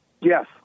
Yes